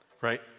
right